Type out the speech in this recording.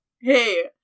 Hey